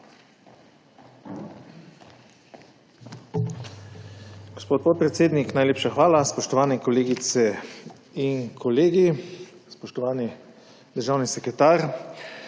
Gospod podpredsednik, najlepša hvala. Spoštovane kolegice in kolegi, spoštovani državni sekretar!